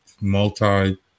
multi